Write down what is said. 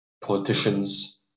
politicians